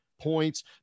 points